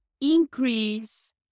increase